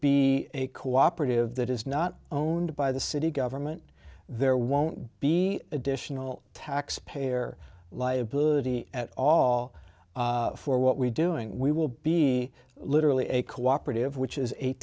be a cooperative that is not owned by the city government there won't be additional taxpayer liability at all for what we're doing we will be literally a cooperative which is a